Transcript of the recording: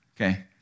okay